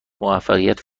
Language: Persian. موفقیت